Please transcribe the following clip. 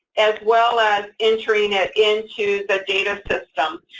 as well as entering it into the data system.